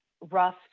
rough